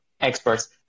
experts